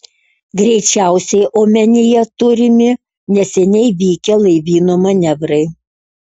greičiausiai omenyje turimi neseniai vykę laivyno manevrai